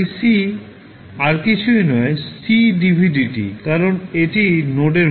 iC আর কিছুই নয় কারণ এটি নোডের ভোল্টেজ